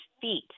feet